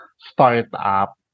startup